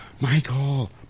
Michael